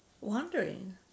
wondering